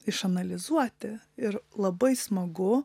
išanalizuoti ir labai smagu